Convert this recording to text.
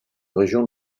régions